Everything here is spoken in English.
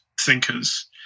thinkers